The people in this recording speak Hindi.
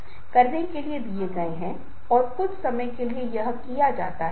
मुझे किसी प्रकार की सांत्वना मिलती है कि ठीक है कम से कम कोई मुझे सुनने के लिए है क्योंकि सुनना एक वरदान है